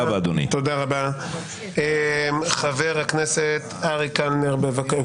------ חבר הכנסת מלביצקי,